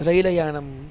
रैलयानम्